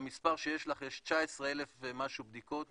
במספר שיש לך יש 19,000 ומשהו בדיקות,